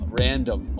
random